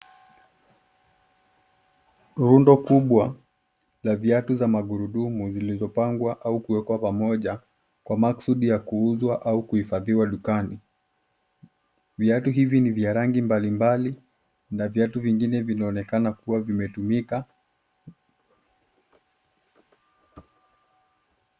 Rundo kubwa la viatu za magurudumu zilizopangwa au kuwekwa pamoja kwa makusudi ya kuuzwa au kuhifadhiwa dukani. Viatu hivi ni vya rangi mbalimbali na viatu vingine vinaonekana kuwa vimetumika.